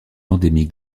endémique